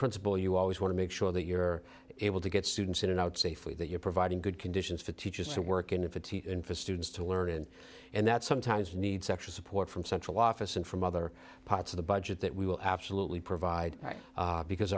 principal you always want to make sure that you're able to get students in and out safely that you're providing good conditions for teachers to work in if it's in for students to learn and that sometimes needs extra support from central office and from other parts of the budget that we will absolutely provide right because